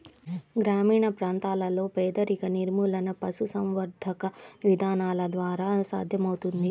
గ్రామీణ ప్రాంతాలలో పేదరిక నిర్మూలన పశుసంవర్ధక విధానాల ద్వారా సాధ్యమవుతుంది